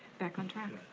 back on track.